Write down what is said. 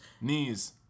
Knees